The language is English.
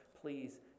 Please